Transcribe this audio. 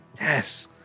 Yes